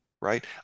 right